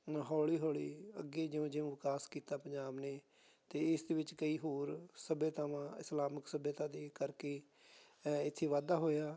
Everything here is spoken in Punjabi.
ਹੌਲੀ ਹੌਲੀ ਅੱਗੇ ਜਿਉਂ ਜਿਉਂ ਵਿਕਾਸ ਕੀਤਾ ਪੰਜਾਬ ਨੇ ਅਤੇ ਇਸ ਦੇ ਵਿੱਚ ਕਈ ਹੋਰ ਸੱਭਿਆਤਾਵਾਂ ਇਸਲਾਮਿਕ ਸੱਭਿਅਤਾ ਦੇ ਕਰਕੇ ਇੱਥੇ ਵਾਧਾ ਹੋਇਆ